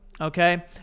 Okay